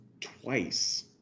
twice